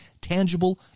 tangible